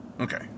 okay